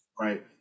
Right